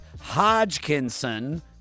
Hodgkinson